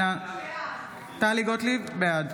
בעד